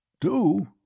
Do